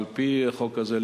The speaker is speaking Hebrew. על-פי החוק הזה,